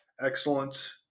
excellent